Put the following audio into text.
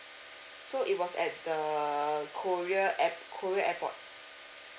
so it was at the korea air~ korea airport